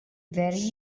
very